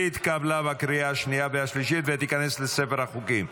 התקבל בקריאה השנייה והשלישית וייכנס לספר החוקים.